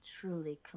Truly